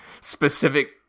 specific